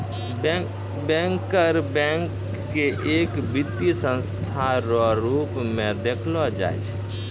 banker bank के एक वित्तीय संस्था रो रूप मे देखलो जाय छै